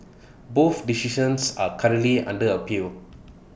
both decisions are currently under appeal